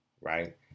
right